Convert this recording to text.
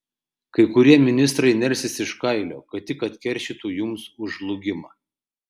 kai kurie ministrai nersis iš kailio kad tik atkeršytų jums už žlugimą